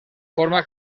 forma